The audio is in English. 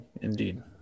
indeed